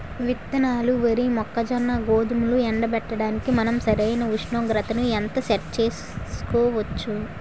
విత్తనాలు వరి, మొక్కజొన్న, గోధుమలు ఎండబెట్టడానికి మనం సరైన ఉష్ణోగ్రతను ఎంత సెట్ చేయవచ్చు?